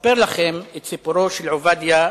אספר לכם את סיפורו של עובדיה,